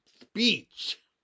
speech